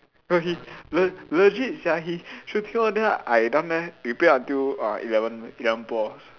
no he le~ legit sia he shooting all then I down there we play until uh eleven eleven balls